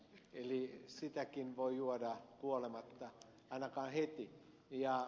eli sitäkin voi juoda kuolematta ainakaan heti